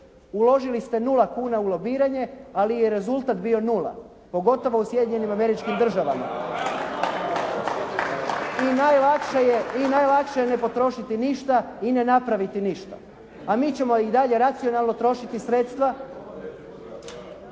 uložili ste 0 kuna u lobiranje ali je rezultat bio nula pogotovo u Sjedinjenim Američkim Državama. /Pljesak./ I najlakše je, najlakše je ne potrošiti ništa i ne napraviti ništa. A mi ćemo i dalje racionalno trošiti sredstva.